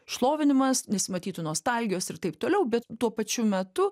šlovinimas nesimatytų nostalgijos ir taip toliau bet tuo pačiu metu